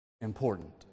important